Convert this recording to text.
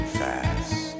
fast